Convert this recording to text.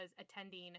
attending